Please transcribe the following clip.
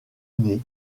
nez